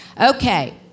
Okay